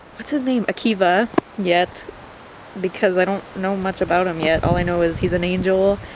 what's-his-name? akiva yet because i don't know much about him yet, all i know is he's an angel